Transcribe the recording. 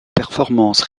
performances